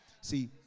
See